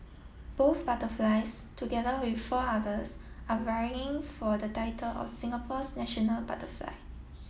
both butterflies together with four others are vying for the title of Singapore's national butterfly